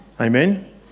amen